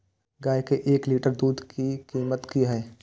गाय के एक लीटर दूध के कीमत की हय?